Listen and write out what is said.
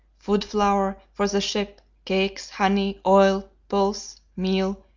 food-flour for the ship, cakes, honey, oil, pulse, meal,